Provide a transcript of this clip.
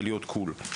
אבל להיות קול.